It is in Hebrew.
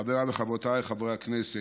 חבריי וחברותיי חברי הכנסת,